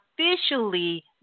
officially